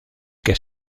que